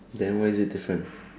then where is it different